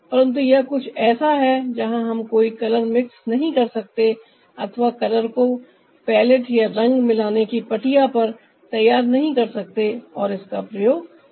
परन्तु यह कुछ ऐसा है जहां हम कोई कलर मिक्स नहीं कर सकते अथवा कलर को पलेट या रंग मिलाने की पटिया पर तैयार नहीं कर सकते और इसका प्रयोग कर सकते